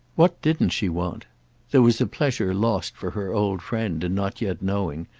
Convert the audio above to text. what didn't she want there was a pleasure lost for her old friend in not yet knowing,